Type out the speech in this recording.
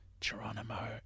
Geronimo